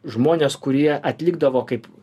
žmones kurie atlikdavo kaip